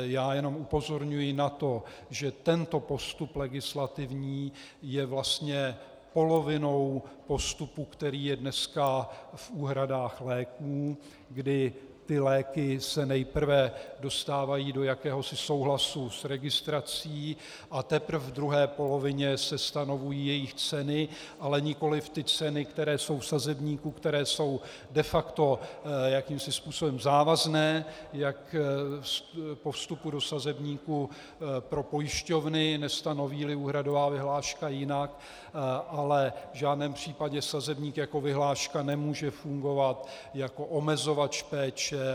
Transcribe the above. Já jenom upozorňuji na to, že tento postup legislativní je vlastně polovinou postupu, který je dneska v úhradách léků, kdy léky se nejprve dostávají do jakéhosi souhlasu s registrací a teprve v druhé polovině se stanovují jejich ceny, ale nikoliv ty ceny, které jsou v sazebníku, které jsou de facto jakýmsi způsobem závazné jak po vstupu do sazebníku pro pojišťovny, nestanovíli úhradová vyhláška jinak, ale v žádném případě sazebník jako vyhláška nemůže fungovat jako omezovač péče.